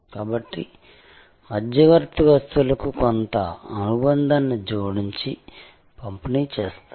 కాబట్టి మధ్యవర్తి వస్తువుకి కొంత అనుబంధాన్ని జోడించి పంపిణీ చేస్తారు